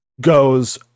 Goes